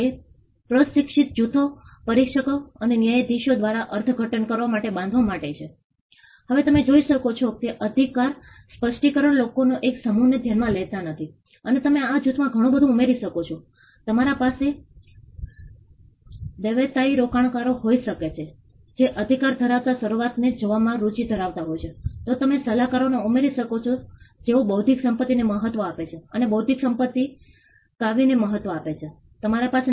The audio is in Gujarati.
તેથી મહિલા અન્ય સ્થળોએ જવાનું નેતૃત્વનો નિર્ણય લઈ શકતી નથી અથવા જ્યારે તેઓએ આખો વિસ્તાર ખાલી કરાવવાનો નિર્ણય લીધો ત્યારે ઘણી મોડું થઈ ગયું હતું આસપાસના વિસ્તારો પાણીથી ભરાઈ ગયા હતા અને તેમની પાસે સંપત્તિ ગુમાવવા અથવા લૂંટના પ્રકારના પ્રશ્નો હોવાનો ડર પણ છે